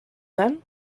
then